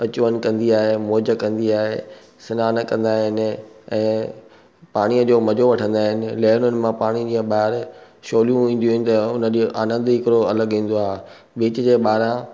अचु वञु कंदी आहे मौज कंदी आहे सनान कंदा आहिनि ऐं पाणीअ जो मज़ो वठंदा आहिनि लहरूनि मां पाणी ॿाहिर छोलियूं ईंदियूं आहिनि त हुन जो आनंद ई हिकिड़ो अलॻि ईंदो आहे बीच जे ॿाहिरां